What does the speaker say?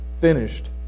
finished